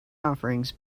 offerings